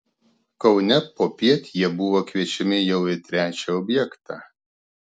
kaune popiet jie buvo kviečiami jau į trečią objektą